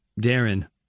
Darren